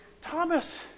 Thomas